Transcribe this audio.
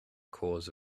cause